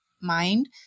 mind